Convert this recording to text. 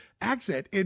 accent